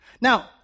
Now